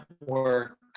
work